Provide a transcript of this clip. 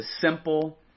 simple